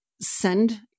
send